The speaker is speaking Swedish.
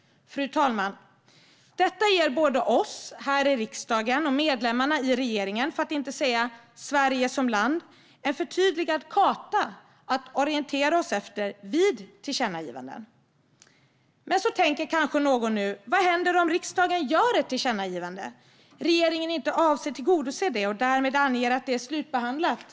Fru talman! Detta ger både oss i riksdagen och medlemmarna i regeringen - för att inte säga Sverige som land - en förtydligad karta att orientera oss utifrån vid tillkännagivanden. Men någon kanske nu tänker: Vad händer om riksdagen gör ett tillkännagivande och regeringen inte avser att tillgodose detta och därmed anger att det är slutbehandlat?